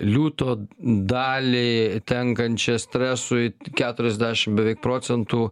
liūtod dalį tenkančią stresui keturiasdešimt beveik procentų